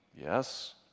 Yes